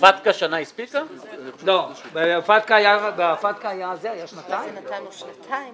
בפטקא היה שנתיים